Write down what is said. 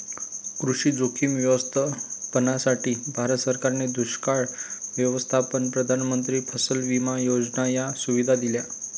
कृषी जोखीम व्यवस्थापनासाठी, भारत सरकारने दुष्काळ व्यवस्थापन, प्रधानमंत्री फसल विमा योजना या सुविधा दिल्या